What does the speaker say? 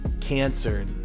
cancer